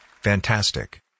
Fantastic